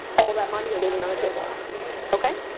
all of that money you're leaving on the table okay,